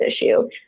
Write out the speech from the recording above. issue